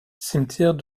cimetière